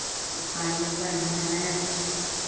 आपका नेशन है